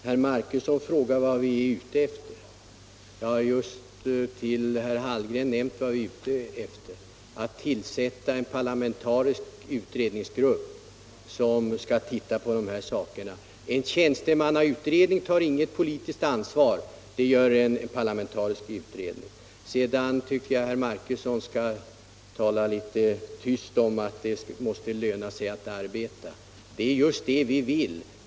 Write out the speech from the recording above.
Herr talman! Herr Marcusson frågade vad vi reservanter är ute efter. Jag gav herr Hallgren nyss besked om att vi vill att det skall tillsättas en parlamentarisk utredning för att se över de här frågorna. En tjänstemannautredning tar inget politiskt ansvar, men det gör en parlamentarisk utredning. Sedan till herr Marcussons citat om att det skall löna sig att arbeta. Det är just det vi vill.